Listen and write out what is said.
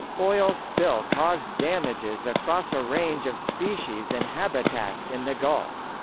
oil spill caused damages across a range of species and habitats in the gulf.